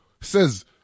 says